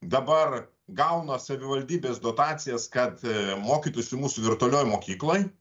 dabar gauna savivaldybės dotacijas kad a mokytųsi mūsų virtualioj mokykloj